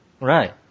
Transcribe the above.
Right